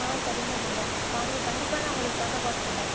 ஆ சரிங்க மேடம் வாங்க கண்டிப்பாக நான் உங்களுக்காக குறச்சி தரேன்